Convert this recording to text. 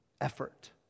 effort